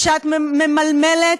ושאת ממלמלת,